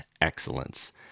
excellence